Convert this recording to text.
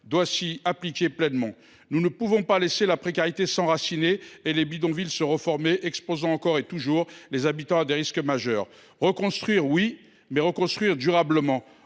doit s’y appliquer pleinement. Nous ne pouvons pas laisser la précarité s’enraciner et les bidonvilles se reformer, exposant encore et toujours les habitants à des risques majeurs. Oui, il faut reconstruire, mais